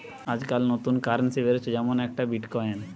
আজকাল নতুন কারেন্সি বেরাচ্ছে যেমন একটা বিটকয়েন